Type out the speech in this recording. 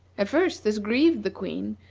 at first this grieved the queen,